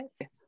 Yes